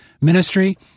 ministry